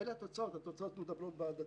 אלה התוצאות והן מדברות בעד עצמן.